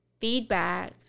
feedback